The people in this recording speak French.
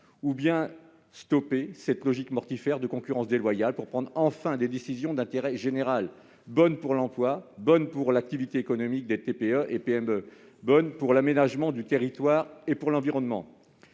stopper cette logique mortifère de concurrence déloyale pour prendre, enfin, des décisions d'intérêt général, bonnes pour l'emploi et l'activité économique des TPE et PME, pour l'aménagement du territoire et pour l'environnement